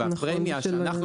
והפרמיה שאנחנו,